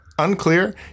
unclear